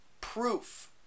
proof